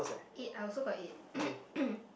eight I also got eight